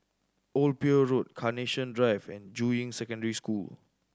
Old Pier Road Carnation Drive and Juying Secondary School